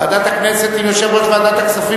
ועדת הכנסת עם יושב-ראש ועדת הכספים,